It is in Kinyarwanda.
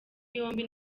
yombi